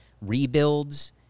rebuilds